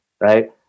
right